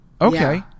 Okay